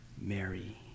Mary